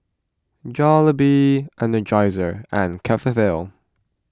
Jollibee Energizer and Cetaphil